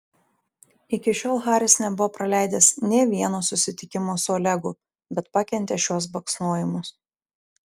iki šiol haris nebuvo praleidęs nė vieno susitikimo su olegu bet pakentė šiuos baksnojimus